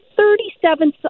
Thirty-seven